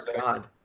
God